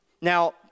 Now